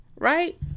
right